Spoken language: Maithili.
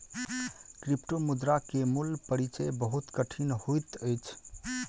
क्रिप्टोमुद्रा के मूल परिचय बहुत कठिन होइत अछि